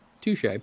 touche